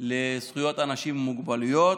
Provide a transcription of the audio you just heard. חברות וחברי הכנסת,